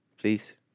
Please